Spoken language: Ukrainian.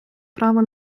право